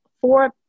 four